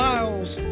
Miles